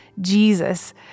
Jesus